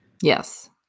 Yes